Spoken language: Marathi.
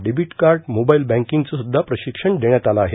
डेबिट कार्ड मोबाईल बॅंकिंगचं सुखा प्रशिक्षण देण्यात आलं आहे